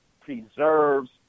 preserves